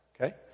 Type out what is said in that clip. Okay